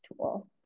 tool